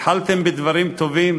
התחלתם בדברים טובים